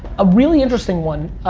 a really interesting one,